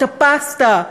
את הפסטה.